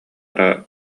эрэ